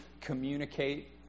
communicate